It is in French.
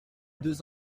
deux